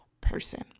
person